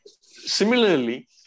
Similarly